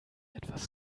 etwas